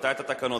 שדחתה את התקנות